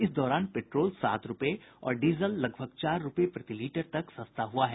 इस दौरान पेट्रोल सात रूपये और डीजल लगभग चार रूपये प्रति लीटर तक सस्ता हुआ है